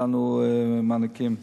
ניתנו מענקים.